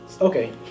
Okay